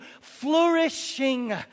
flourishing